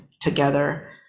together